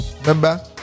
remember